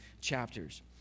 chapters